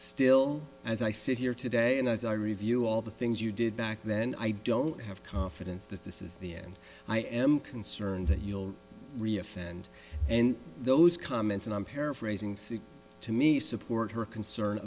still as i sit here today and as i review all the things you did back then i don't have confidence that this is the end i am concerned that you'll reaffirm and and those comments and i'm paraphrasing says to me support her concern